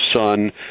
son